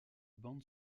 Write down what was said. bande